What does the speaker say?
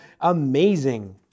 amazing